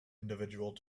individual